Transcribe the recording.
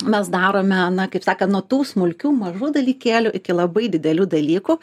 mes darome na kaip sakant nuo tų smulkių mažų dalykėlių iki labai didelių dalykų